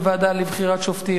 הוועדה לבחירת שופטים,